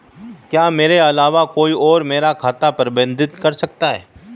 क्या मेरे अलावा कोई और मेरा खाता प्रबंधित कर सकता है?